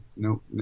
Nope